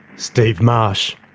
steve marsh.